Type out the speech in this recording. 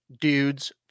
Dudes